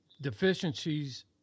deficiencies